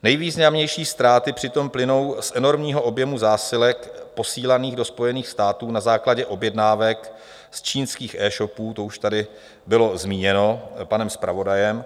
Nejvýznamnější ztráty přitom plynou z enormního objemu zásilek posílaných do Spojených států na základě objednávek z čínských eshopů, to už tady bylo zmíněno panem zpravodajem.